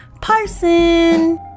Parson